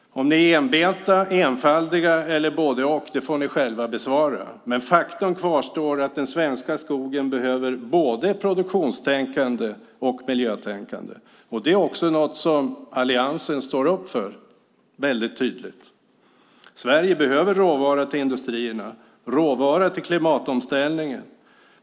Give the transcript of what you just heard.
Om ni är enbenta, enfaldiga eller både och får ni själva svara på. Faktum kvarstår att den svenska skogen behöver både produktionstänkande och miljötänkande. Det är också något som alliansen står upp för väldigt tydligt. Sverige behöver råvaror till industrierna och råvaror till klimatomställningen.